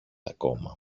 ακόμα